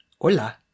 Hola